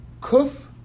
kuf